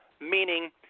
meaning